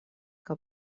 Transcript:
que